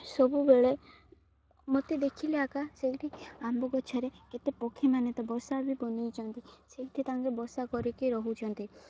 ସବୁବେଳେ ମୋତେ ଦେଖିଲେ ଆକା ସେଇଠି ଆମ୍ବ ଗଛରେ କେତେ ପକ୍ଷୀମାନେ ତ ବସା ବି ବନାଇଛନ୍ତି ସେଇଠି ତାଙ୍କେ ବସା କରିକି ରହୁଛନ୍ତି